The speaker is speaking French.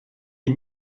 des